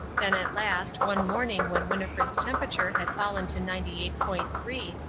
then at last, one morning when winnifred's temperature had fallen to ninety-eight point three,